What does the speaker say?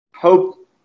hope